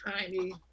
tiny